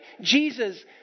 Jesus